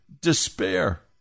despair